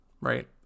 right